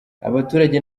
abaturage